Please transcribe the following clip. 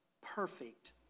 perfect